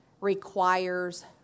requires